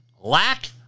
lack